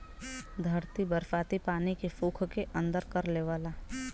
धरती बरसाती पानी के सोख के अंदर कर लेवला